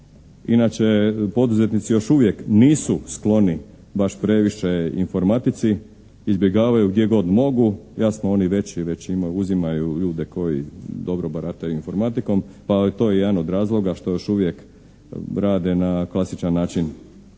Inače poduzetnici još uvijek nisu skloni baš previše informatici, izbjegavaju gdje god mogu, jasno oni veći uzimaju ljude koji dobro barataju informatikom, pa je to i jedan od razloga što još uvijek rade na klasičan način.